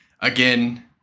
Again